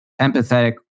empathetic